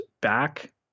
back